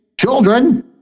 children